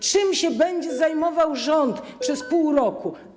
Czym się będzie zajmował rząd przez pół roku?